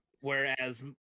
whereas